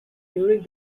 during